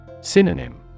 Synonym